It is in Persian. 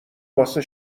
واسه